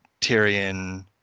Tyrion